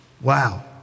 Wow